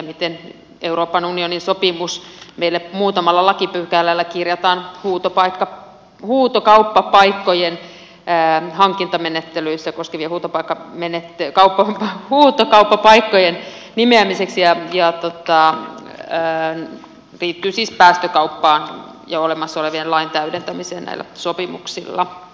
miten euroopan unionin sopimus huutokauppapaikkojen hankintamenettelyistä huutokauppapaikkojen nimeämiseksi meillä muutamalla lakipykälällä kirjataan huutopaikka huutokauppapaikkojen pään hankintamenettelystä koskevien vuotopaikan menetti koko vuotena paikkojen nimiä seksiä ja väittää että tämä liittyy siis päästökauppaan ja olemassa olevan lain täydentämiseen näillä sopimuksilla